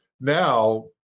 now